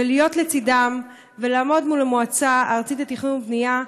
להיות לצדם ולעמוד מול המועצה הארצית לתכנון ובנייה.